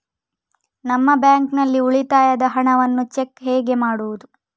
ನಮ್ಮ ಬ್ಯಾಂಕ್ ನಲ್ಲಿ ಉಳಿತಾಯದ ಹಣವನ್ನು ಚೆಕ್ ಹೇಗೆ ಮಾಡುವುದು?